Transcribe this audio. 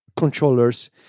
controllers